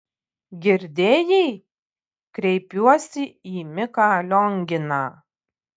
girdėjai kreipiuosi į miką lionginą